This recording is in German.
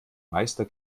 meister